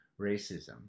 racism